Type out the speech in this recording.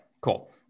cool